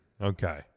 Okay